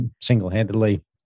single-handedly